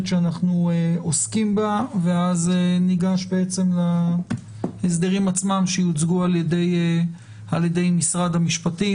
שאנחנו עוסקים בה ואז ניגש להסדרים עצמם שיוצגו על ידי משרד המשפטים,